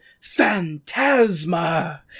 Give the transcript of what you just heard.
Phantasma